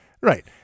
right